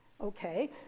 Okay